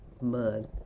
mud